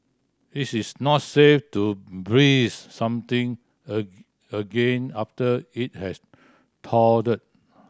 it is not safe to freeze something a again after it has thawed